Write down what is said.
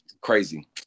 Crazy